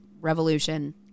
revolution